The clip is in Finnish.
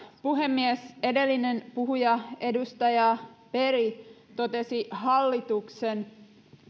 puhemies edellinen puhuja edustaja berg totesi hallituksen